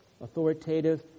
authoritative